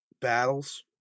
battles